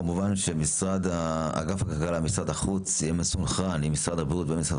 כמובן שאגף הכלכלה במשרד החוץ יהיה מסונכרן עם משרד הבריאות ומשרד